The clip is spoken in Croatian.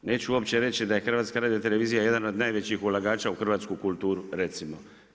Neću uopće reći da je Hrvatska radiotelevizija jedan od najvećih ulagača u hrvatsku kulturu recimo.